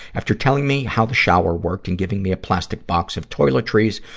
after telling me how the shower worked and giving me a plastic box of toiletries,